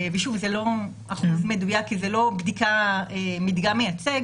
זה לא מדויק כי זו לא בדיקת מדגם מייצג